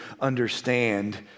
understand